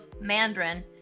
Mandarin